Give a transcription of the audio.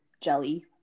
jelly